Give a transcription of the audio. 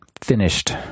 finished